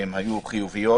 שהיו חיוביות,